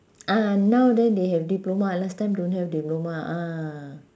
ah now then they have diploma last time don't have diploma ah